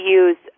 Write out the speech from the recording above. use